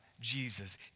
Jesus